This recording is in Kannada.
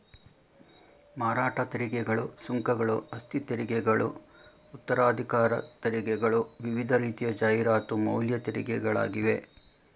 ಮಾರಾಟ ತೆರಿಗೆಗಳು, ಸುಂಕಗಳು, ಆಸ್ತಿತೆರಿಗೆಗಳು ಉತ್ತರಾಧಿಕಾರ ತೆರಿಗೆಗಳು ವಿವಿಧ ರೀತಿಯ ಜಾಹೀರಾತು ಮೌಲ್ಯ ತೆರಿಗೆಗಳಾಗಿವೆ